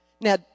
Now